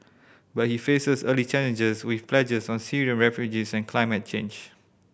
but he faces early challenges with pledges on Syrian refugees and climate change